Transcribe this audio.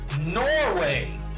Norway